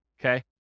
okay